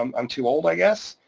um i'm too old, i guess,